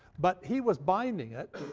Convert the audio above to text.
but he was binding it,